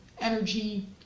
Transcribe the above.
energy